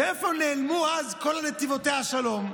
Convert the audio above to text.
איפה נעלמו אז "וכל נתיבותיה שלום"?